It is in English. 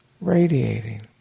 radiating